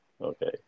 okay